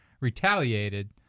retaliated